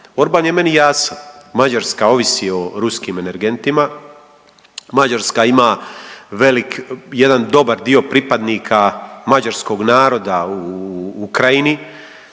Orban je meni jasan. Mađarska ovisi o ruskim energentima. Mađarska ima velik, jedan dobar dio pripadnika mađarskog naroda u Ukrajini